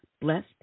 blessed